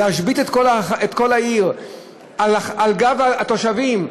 להשבית את כל העיר על גב התושבים,